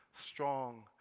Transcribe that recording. strong